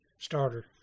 starter